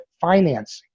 financing